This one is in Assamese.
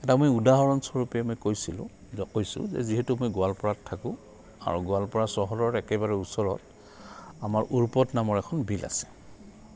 এটা মই উদাহৰণস্বৰূপে মই কৈছিলোঁ কৈছোঁ যে যিহেতু মই গোৱালপাৰাত থাকোঁ আৰু গোৱালপাৰা চহৰৰ একেবাৰে ওচৰত আমাৰ উৰ্পদ নামৰ এখন বিল আছে